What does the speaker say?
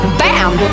bam